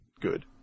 good